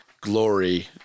glory